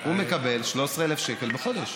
הוא מקבל 13,000 שקל בחודש.